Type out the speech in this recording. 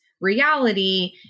reality